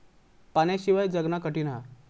पाण्याशिवाय जगना कठीन हा